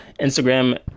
Instagram